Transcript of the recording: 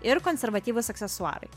ir konservatyvūs aksesuarai